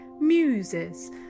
muses